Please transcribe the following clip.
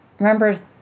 remember